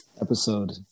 episode